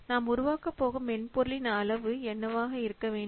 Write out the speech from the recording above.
நாம் உருவாக்கப் போகும் மென்பொருளின் அளவு என்னவாக இருக்க வேண்டும்